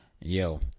Yo